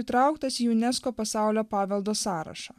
įtrauktas į unesco pasaulio paveldo sąrašą